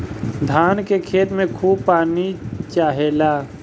धान के खेत में खूब पानी चाहेला